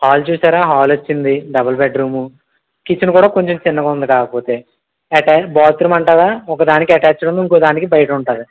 hall చూసారా hall వచ్చింది double bedroom kitchen కూడా కొంచెం చిన్నగా ఉంది కాకపోతే అటాచ్డ్ బాత్రూమ్ అంటారా ఒకదానికి అటాచ్డ్ ఉంది ఇంకోదానికి బయట ఉంటుంది